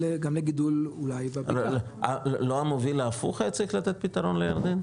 לא המובל ההפוך היה צריך לתת פתרון לירדן?